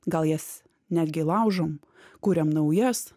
gal jas netgi laužom kuriam naujas